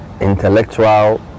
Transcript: intellectual